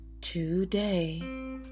Today